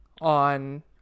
on